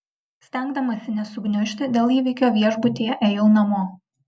stengdamasi nesugniužti dėl įvykio viešbutyje ėjau namo